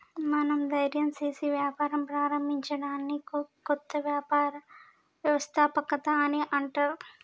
మనం ధైర్యం సేసి వ్యాపారం ప్రారంభించడాన్ని కొత్త వ్యవస్థాపకత అని అంటర్